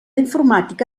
informàtica